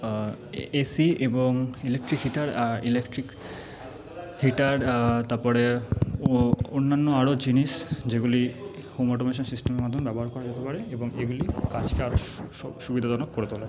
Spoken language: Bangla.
এসি এবং ইলেকট্রিক হিটার আর ইলেকট্রিক হিটার তারপরে ও অন্যান্য আরও জিনিস যেগুলি হোম অটোমেশান সিস্টেমের মাধ্যমে ব্যবহার করা যেতে পারে এবং এগুলি কাজটা সুবিধাজনক করে তোলে